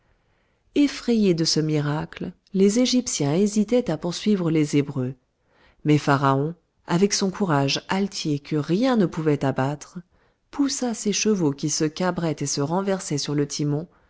effrayés de ce miracle les égyptiens hésitaient à poursuivre les hébreux mais pharaon avec son courage altier que rien ne pouvait abattre poussa ses chevaux qui se cabraient et se renversaient sur le timon